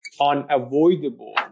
unavoidable